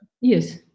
Yes